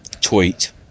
tweet